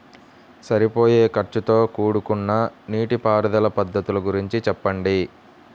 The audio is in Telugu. సరిపోయే ఖర్చుతో కూడుకున్న నీటిపారుదల పద్ధతుల గురించి చెప్పండి?